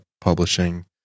publishing